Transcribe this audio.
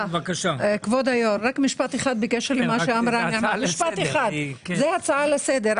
כבוד היו"ר, רק משפט אחד, הצעה לסדר.